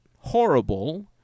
horrible